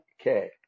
okay